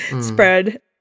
spread